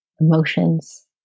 emotions